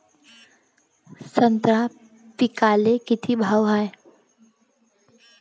संत्रा पिकाले किती भाव हाये?